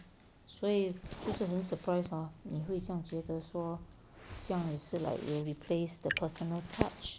所以就是很 surprise hor 你会这样觉得说这样还是 like will replace the personal touch